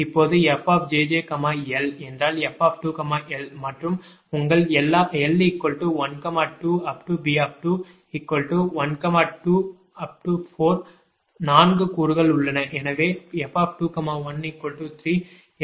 இப்போதுfjjl என்றால் f2l மற்றும் உங்கள்l12B2124 4 கூறுகள் உள்ளன